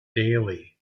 daily